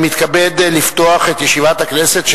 אני מתכבד לפתוח את ישיבת הכנסת,